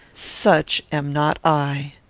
such am not i.